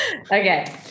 Okay